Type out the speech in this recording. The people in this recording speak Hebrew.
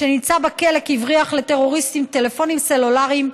שנמצא בכלא כי הבריח לטרוריסטים טלפונים סלולריים,